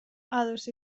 ados